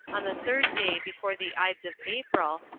on the third day before the ides of april,